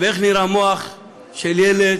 ואיך נראה מוח של ילד